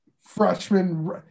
freshman